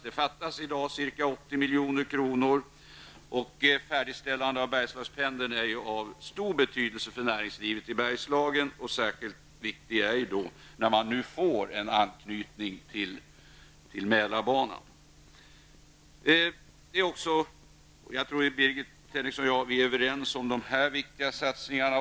Där fattas i dag ca 80 milj.kr. Färdigställandet av Bergslagspendeln är av mycket stor betydelse för näringslivet i Bergslagen, och särskilt viktig är den när vi nu får en anknytning till Jag tror att Birgit Henriksson och jag är överens om dessa viktiga satsningar.